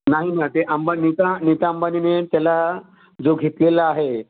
नाही ना ते अंबानी नीता नीता अंबानीने त्याला जो घेतलेला आहे